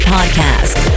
Podcast